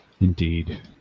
Indeed